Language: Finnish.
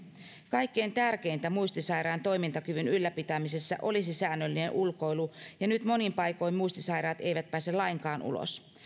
kaikkein tärkeintä muistisairaan toimintakyvyn ylläpitämisessä olisi säännöllinen ulkoilu ja nyt monin paikoin muistisairaat eivät pääse lainkaan ulos